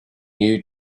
you